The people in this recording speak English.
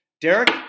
Derek